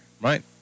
Right